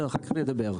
אחר כך נדבר.